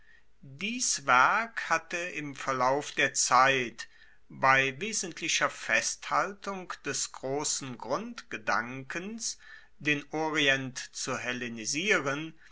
dies werk hatte im verlauf der zeit bei wesentlicher festhaltung des grossen grundgedankens den orient zu